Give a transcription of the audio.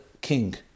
king